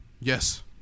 Yes